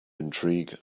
intrigue